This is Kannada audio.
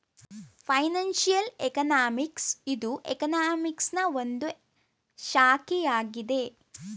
ಫೈನಾನ್ಸಿಯಲ್ ಎಕನಾಮಿಕ್ಸ್ ಇದು ಎಕನಾಮಿಕ್ಸನಾ ಒಂದು ಶಾಖೆಯಾಗಿದೆ